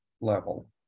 level